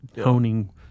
Honing